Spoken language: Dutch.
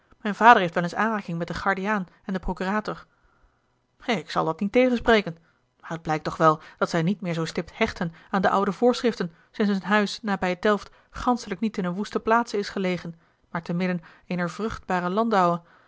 mijn vader heeft wel eens aanraking met den gardiaan en den procurator ik zal dat niet tegenspreken maar het blijkt toch wel dat zij niet meer zoo stipt hechten aan de oude voorschriften sinds hun huis nabij delft ganschelijk niet in een woeste plaats is gelegen maar te midden eener vruchtbare landouwe